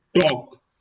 talk